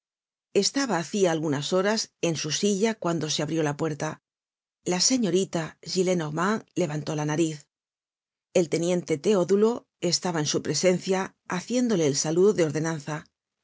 estaba hacia algunas horas en su silla cuando se abrió la puerta la señorita gillenormand levantó la nariz el teniente teodulo estaba en su presencia haciéndole el saludo de ordenanza